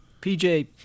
PJ